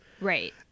Right